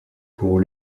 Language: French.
pour